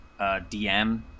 dm